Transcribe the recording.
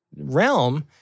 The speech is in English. realm